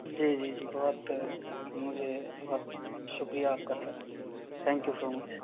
جی جی جی بہت مجھے بہت شکریہ آپ کا sir thank you so much